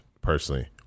personally